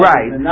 Right